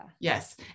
yes